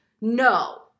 No